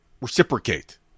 reciprocate